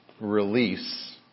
release